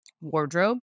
wardrobe